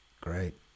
Great